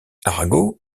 arago